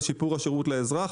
על שיפור השירות לאזרח,